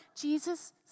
Jesus